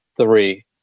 three